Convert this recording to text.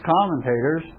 commentators